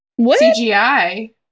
CGI